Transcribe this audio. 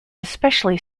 especially